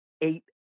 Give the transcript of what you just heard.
eight